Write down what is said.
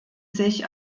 sich